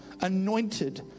anointed